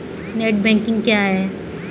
Net banking क्या है?